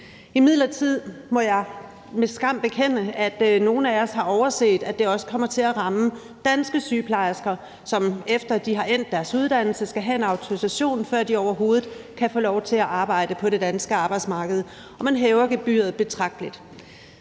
Imidlertid må jeg med skam bekende, at nogle af os har overset, at det også kommer til at ramme danske sygeplejersker, som, efter at de har afsluttet deres uddannelse, skal have en autorisation, før de overhovedet kan få lov til at arbejde på det danske arbejdsmarked, og man hæver gebyret betragteligt.